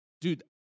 dude